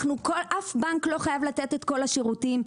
אף בנק לא חייב לתת את כל השירותים,